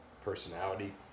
personality